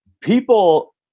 People